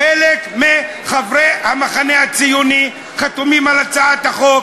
חלק מחברי המחנה הציוני חתומים על הצעת החוק.